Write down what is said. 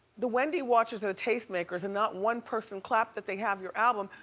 the wendy watchers are the taste makers and not one person clapped that they have your album.